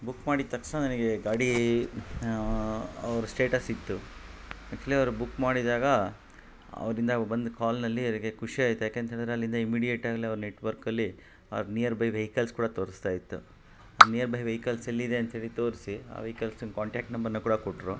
book ಮಾಡಿದ ತಕ್ಷಣ ನನಗೆ ಗಾಡೀ ಅವ್ರ ಸ್ಟೇಟಸ್ ಸಿಕ್ತು ಆ್ಯಕ್ಚುಲಿ ಅವರು ಬುಕ್ ಮಾಡಿದಾಗ ಅವರಿಂದ ಬಂದ ಕಾಲ್ನಲ್ಲಿ ಅವರಿಗೆ ಖುಷಿಯಾಯ್ತ್ ಯಾಕಂತ್ಹೇಳಿದ್ರೆ ಅಲ್ಲಿಂದ ಇಮಿಡಿಯಟಲ್ಲಿ ಅವ್ರ ನೆಟ್ವರ್ಕ್ ಅಲ್ಲಿ ಅವ್ರ ನಿಯರ್ ಬೈ ವೆಹಿಕಲ್ಸ್ ಕೂಡ ತೋರಿಸ್ತಾ ಇತ್ತು ನಿಯರ್ ಬೈ ವೆಹಿಕಲ್ಸ್ ಎಲ್ಲಿದೆ ಅಂತ್ಹೇಳಿ ತೋರಿಸಿ ಆ ವೆಹಿಕಲ್ಸಿಂದ ಕಾಂಟ್ಯಾಕ್ಟ್ ನಂಬರ್ನ ಕೂಡ ಕೊಟ್ಟರು